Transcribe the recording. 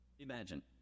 Imagine